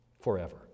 forever